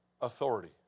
authority